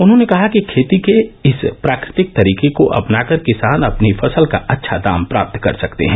उन्होंने कहा कि खेती के इस प्राकृतिक तरीके को अपना कर किसान अपनी फसल का अच्छा दाम प्राप्त कर सकते हैं